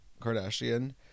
Kardashian